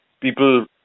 People